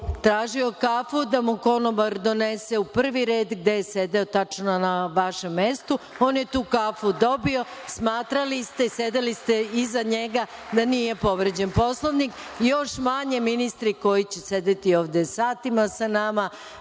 tražio kafu da mu konobar donese u prvi red gde je sedeo tačno na vašem mestu. On je tu kafu dobio. Smatrali ste, sedeli ste iza njega, da nije povređen Poslovnik, još manje ministri koji će sedeti ovde satima sa nama